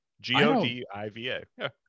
G-O-D-I-V-A